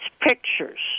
pictures